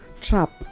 trap